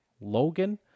Logan